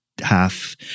Half